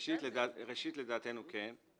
ראשית, לדעתנו כן.